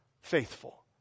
faithful